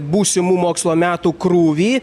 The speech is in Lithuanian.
būsimų mokslo metų krūvį